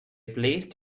placed